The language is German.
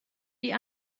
die